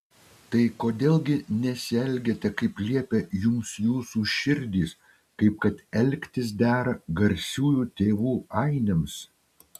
tai kodėl gi nesielgiate kaip liepia jums jūsų širdys kaip kad elgtis dera garsiųjų tėvų ainiams